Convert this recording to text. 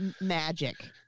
magic